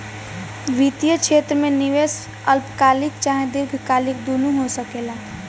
वित्तीय क्षेत्र में निवेश अल्पकालिक चाहे दीर्घकालिक दुनु हो सकेला